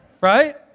right